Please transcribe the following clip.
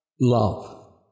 Love